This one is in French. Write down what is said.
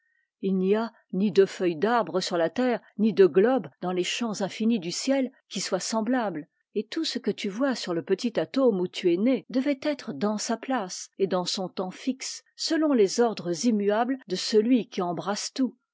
il n'y a ni deux feuilles d'arbre sur la terre ni deux globes dans les champs infinis du ciel qui soient semblables et tout ce que tu vois sur le petit atome où tu es né devait être dans sa place et dans son temps fixe selon les ordres immuables de celui qui embrasse tout